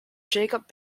jacob